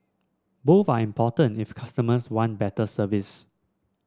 both are important if customers want better service